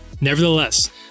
Nevertheless